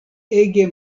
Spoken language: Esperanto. ege